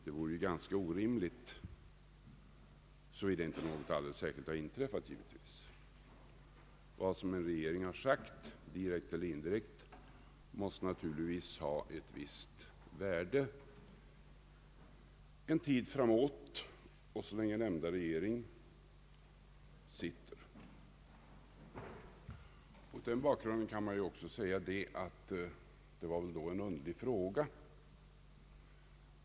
Det vore ju ganska orimligt, givetvis såvida inte något alldeles särskilt har inträffat. Vad en regering har sagt, direkt eller indirekt, måste givetvis ha ett visst värde en tid framåt och så länge nämnda regering sitter. Mot den bakgrunden kan man också säga att det då väl var en underlig fråga.